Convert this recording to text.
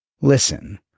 Listen